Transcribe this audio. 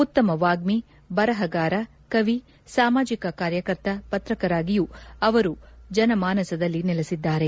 ಉತ್ತಮ ವಾಗ್ಮಿ ಬರಹಗಾರ ಕವಿ ಸಾಮಾಜಿಕ ಕಾರ್ಯಕರ್ತ ಪತ್ರಕರ್ತರಾಗಿಯೂ ಅವರು ಜನಮಾನಸದಲ್ಲಿ ನೆಲೆಸಿದ್ದಾರೆ